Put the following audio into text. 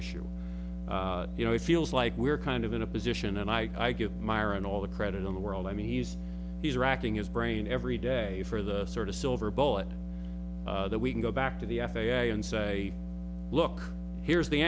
issue you know it feels like we're kind of in a position and i give myron all the credit in the world i mean he's he's racking his brain every day for the sort of silver bullet that we can go back to the f a a and say look here's the